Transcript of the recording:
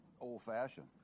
old-fashioned